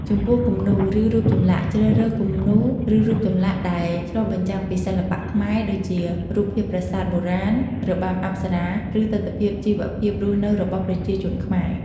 ចំពោះ គំនូរ ឬរូបចម្លាក់ ជ្រើសរើស គំនូរ ឬរូបចម្លាក់ដែលឆ្លុះបញ្ចាំងពីសិល្បៈខ្មែរ ដូចជារូបភាពប្រាសាទបុរាណ របាំអប្សរា ឬទិដ្ឋភាពជីវភាពរស់នៅរបស់ប្រជាជនខ្មែរ។